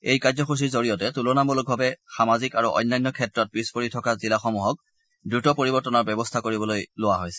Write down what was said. এই কাৰ্যসূচীৰ জৰিয়তে তুলনামূলকভাৱে সামাজিক আৰু অন্যান্য ক্ষেত্ৰত পিছ পৰি থকা জিলাসমূহক দ্ৰুত পৰিৱৰ্তনৰ ব্যৱস্থা কৰিবলৈ লোৱা হৈছে